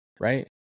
right